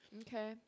Okay